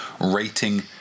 rating